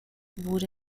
wurde